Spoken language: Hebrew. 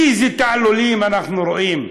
איזה תעלולים אנחנו רואים,